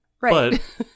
Right